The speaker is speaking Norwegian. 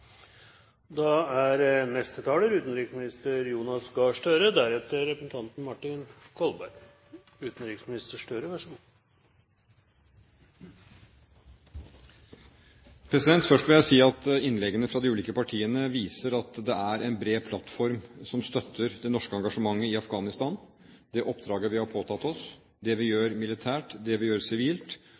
Først vil jeg si at innleggene fra de ulike partiene viser at det er en bred plattform som støtter det norske engasjementet i Afghanistan, det oppdraget vi har påtatt oss, det vi gjør militært, det vi gjør sivilt,